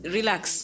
Relax